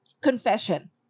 Confession